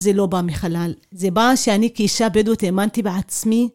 זה לא בא מחלל, זה בא שאני כאישה בדואית האמנתי בעצמי.